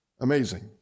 Amazing